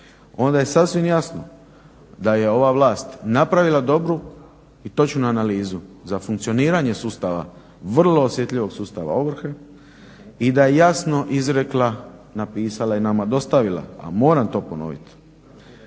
onda je sasvim jasno da je ova vlast napravila dobru i točnu analizu za funkcioniranje sustava, vrlo osjetljivog sustava ovrhe i da je jasno izrekla, napisala i nama dostavila, a moram to ponovit